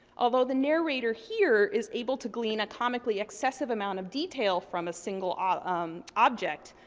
although the narrator here is able to glean a comically excessive amount of detail from a single um um object,